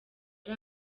ari